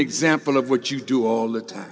example of what you do all the time